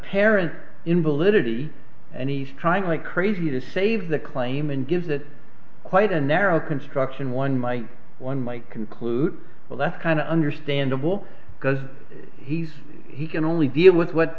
parent invalidity and he's trying like crazy to save the claim and gives it quite a narrow construction one might one might conclude well that's kind of understandable because he's he can only deal with what